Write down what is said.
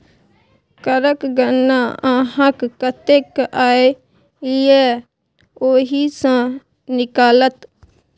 करक गणना अहाँक कतेक आय यै ओहि सँ निकलत